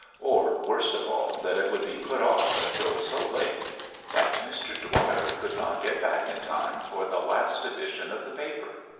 or, worst of all, that it would be put off until so late that mr. dwyer could not get back in time for the last edition of the paper.